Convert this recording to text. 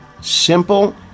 simple